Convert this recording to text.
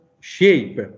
shape